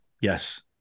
yes